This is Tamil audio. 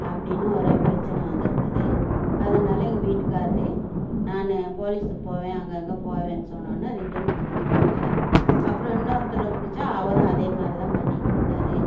அப்படின்னு ஒரே பிரச்சின வந்து இருக்குது அதனால எங்கள் வீட்டுக்காரர் நான் போலீஸ்சுக்கு போவேன் அங்கே அங்கே போவேனு சொன்னோவுன்ன ரிட்டன் கொடுத்துட்டாங்க அப்புறம் இன்னொருத்தரை பிடிச்சா அவரும் அதே மாதிரிதான் பண்ணிகிட்டு இருந்தார்